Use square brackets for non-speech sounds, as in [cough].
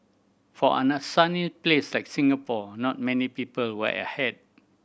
for [unintelligible] sunny place like Singapore not many people wear a hat